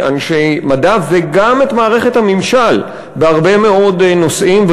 אנשי מדע וגם את מערכת הממשל בהרבה מאוד נושאים.